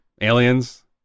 Aliens